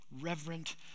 reverent